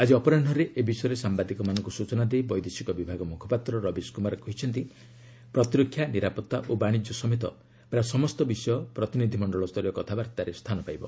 ଆକି ଅପରାହରେ ଏ ବିଷୟରେ ସାମ୍ବାଦିକମାନଙ୍କୁ ସୂଚନା ଦେଇ ବୈଦେଶିକ ବିଭାଗ ମୁଖପାତ୍ର ରବିଶ କୁମାର କହିଛନ୍ତି ପ୍ରତିରକ୍ଷା ନିରାପତ୍ତା ଓ ବାଣିଜ୍ୟ ସମେତ ପ୍ରାୟ ସମସ୍ତ ବିଷୟ ପ୍ରତିନିଧି ମଣ୍ଡଳ ସ୍ତରୀୟ କଥାବାର୍ଭାରେ ସ୍ଥାନ ପାଇବ